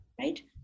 right